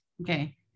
Okay